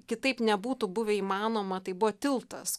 kitaip nebūtų buvę įmanoma tai buvo tiltas